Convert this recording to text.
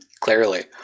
Clearly